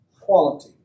quality